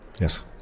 Yes